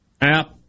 App